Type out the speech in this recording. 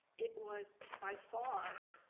it was, by far,